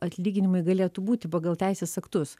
atlyginimai galėtų būti pagal teisės aktus